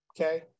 okay